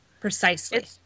Precisely